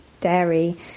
dairy